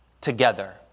together